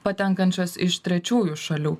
patenkančios iš trečiųjų šalių